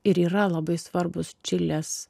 ir yra labai svarbūs čilės